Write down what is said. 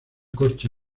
coche